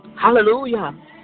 Hallelujah